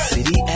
City